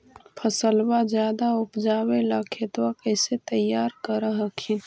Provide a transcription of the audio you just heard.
फसलबा ज्यादा उपजाबे ला खेतबा कैसे तैयार कर हखिन?